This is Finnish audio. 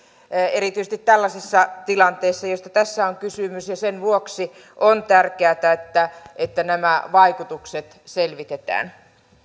erityisesti tällaisessa tilanteessa josta tässä on kysymys ja sen vuoksi on tärkeätä että nämä vaikutukset selvitetään